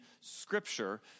scripture